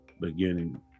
beginning